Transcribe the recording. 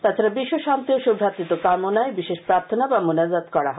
তাছাডা বিশ্ব শান্তি ও সৌভ্রাতৃত্ব কামনায় বিশেষ প্রার্থনা বা মোনাজাত করা হয়